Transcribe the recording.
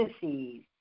disease